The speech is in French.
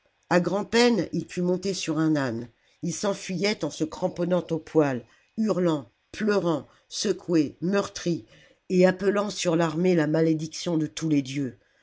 a grand'peine il put monter sur un âne il s'enfuyait en se cramponnant aux poils hurlant pleurant secoué meurtri et appelant sur l'armée la malédiction de tous les dieux